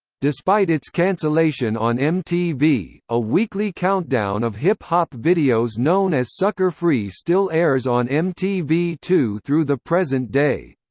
despite its cancellation on mtv, a weekly countdown of hip hop videos known as sucker free still airs on m t v two through the present day.